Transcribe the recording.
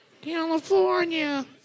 California